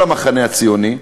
ואפילו בשם כל המחנה הציוני,